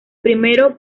primero